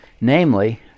namely